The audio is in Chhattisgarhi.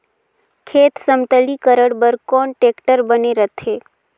खेत समतलीकरण बर कौन टेक्टर बने रथे?